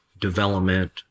development